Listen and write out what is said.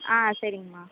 ஆ சரிங்கமா